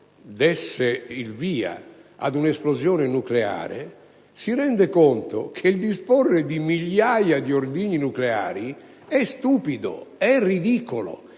desse il via ad un'esplosione nucleare, si rende conto che disporre di migliaia di ordigni nucleari è stupido, è ridicolo,